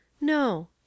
No